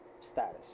status